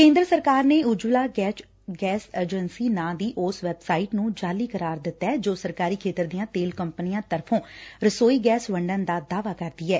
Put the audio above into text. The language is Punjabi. ਕੇਂਦਰ ਸਰਕਾਰ ਨੇ ਉਜਵੱਲਾ ਗੈਸ ਏਜੰਸੀ ਨਾਂ ਦੀ ਉਸ ਵੈਬਸਾਈਟ ਨੂੰ ਜਾਅਲੀ ਕਰਾਰ ਦਿੱਤੈ ਜੋ ਸਰਕਾਰੀ ਖੇਤਰ ਦੀਆਂ ਤੇਲ ਕੰਪਨੀਆਂ ਤਰਫੋਂ ਰਸੋਈ ਗੈਸ ਵੰਡਣ ਦਾ ਦਾਅਵਾ ਕਰਦੀ ਐ